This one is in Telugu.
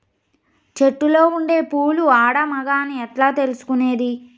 చెట్టులో ఉండే పూలు ఆడ, మగ అని ఎట్లా తెలుసుకునేది?